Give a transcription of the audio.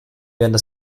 während